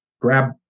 grab